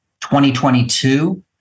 2022